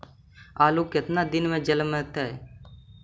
आलू केतना दिन में जलमतइ?